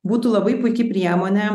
būtų labai puiki priemonė